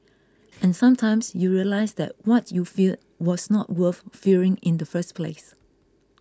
and sometimes you realise that what you feared was not worth fearing in the first place